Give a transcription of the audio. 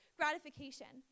gratification